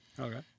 okay